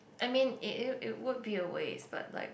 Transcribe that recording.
I mean it it would be a waste but like